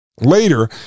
Later